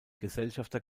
gesellschafter